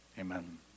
Amen